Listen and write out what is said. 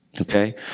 Okay